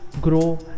grow